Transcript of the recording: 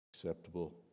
acceptable